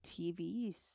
TVs